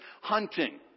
hunting